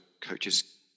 coaches